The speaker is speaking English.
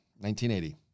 1980